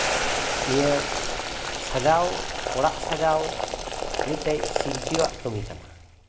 ᱱᱤᱭᱟᱹ ᱥᱟᱡᱟᱣ ᱚᱲᱟᱜ ᱥᱟᱸᱡᱟᱣ ᱢᱤᱫᱴᱮᱡ ᱥᱤᱞᱯᱤᱭᱟᱜ ᱠᱟᱹᱢᱤ ᱠᱟᱱᱟ